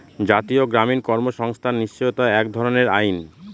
জাতীয় গ্রামীণ কর্মসংস্থান নিশ্চয়তা এক ধরনের আইন